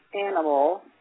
animal